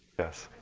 yes.